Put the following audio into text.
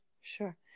sure